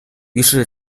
于是